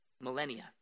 millennia